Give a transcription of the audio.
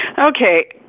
Okay